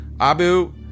Abu